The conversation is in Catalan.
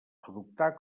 adoptar